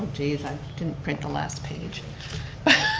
and didn't print the last page but